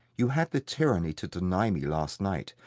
you had the tyranny to deny me last night,